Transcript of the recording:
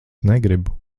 negribu